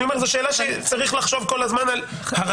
אני אומר שזו שאלה שצריך לחשוב כל הזמן על הרציונל